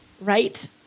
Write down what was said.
right